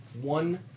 one